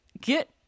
Get